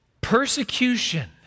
Persecution